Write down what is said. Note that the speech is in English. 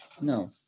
no